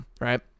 right